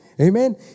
Amen